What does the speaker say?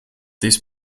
this